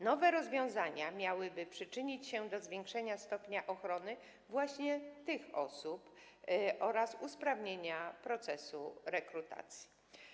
Nowe rozwiązania miałyby przyczynić się do zwiększenia stopnia ochrony właśnie tych osób oraz usprawnienia procesu rekrutacji.